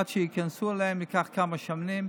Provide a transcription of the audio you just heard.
עד שייכנסו אליהן ייקח כמה שנים,